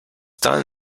done